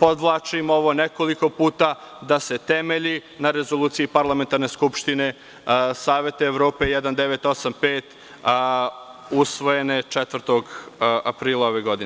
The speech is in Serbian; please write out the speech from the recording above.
podvlačim ovo nekoliko puta, da se temelji na Rezoluciji Parlamentarne skupštine Saveta Evrope 1985 usvojene 04. aprila ove godine.